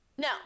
No